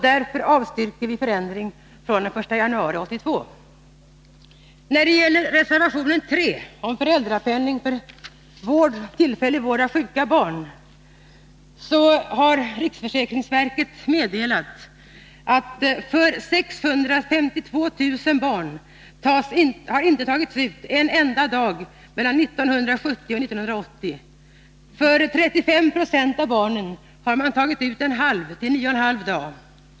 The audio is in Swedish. Därför avstyrker vi förslaget om en förändring från den 1 januari 1982. enda dag mellan 1970 och 1980. För 35 96 av barnen har det tagits ut 1 2 dag.